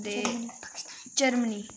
ते जर्मनी